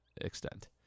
extent